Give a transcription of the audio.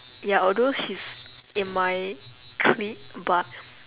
ya although she's in my clique but